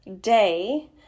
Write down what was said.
day